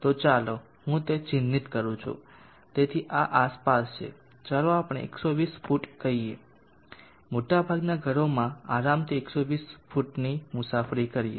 તો ચાલો હું તે ચિહ્નિત કરું છું તેથી આ આસપાસ છે ચાલો આપણે 120 ફુટ કહીએ મોટાભાગનાં ઘરોમાં આરામથી 120 ફૂટની મુસાફરી કરીએ